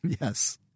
Yes